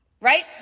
right